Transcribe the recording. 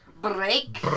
Break